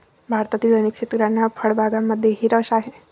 भारतातील अनेक शेतकऱ्यांना फळबागांमध्येही रस आहे